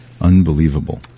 Unbelievable